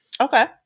Okay